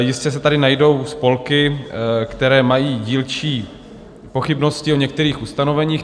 Jistě se tady najdou spolky, které mají dílčí pochybnosti o některých ustanoveních.